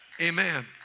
Amen